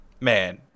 Man